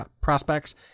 prospects